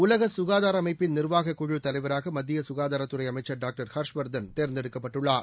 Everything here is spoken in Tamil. உலக ககாதார அமைப்பின் நிா்வாகக் குழுத் தலைவராக மத்திய சுகாதாரத்துறை அமைச்சள் டான்டர் ஹர்ஷ்வர்தன் தேர்ந்தெடுக்கப்பட்டுள்ளார்